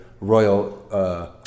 Royal